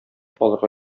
алырга